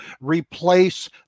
replace